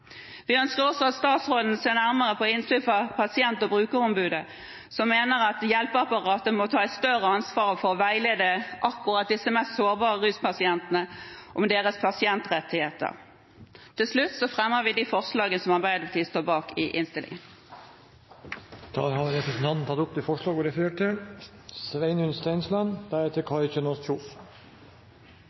Vi ønsker også at statsråden ser nærmere på innspill fra Pasient- og brukerombudet, som mener at hjelpeapparatet må ta et større ansvar for å veilede akkurat disse mest sårbare ruspasientene om deres pasientrettigheter. Til slutt vil jeg anbefale de forslagene som Arbeiderpartiet har fremmet sammen med andre i innstillingen.